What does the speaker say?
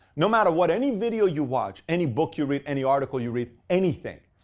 no matter what any video you watch, any book you read, any article you read, anything,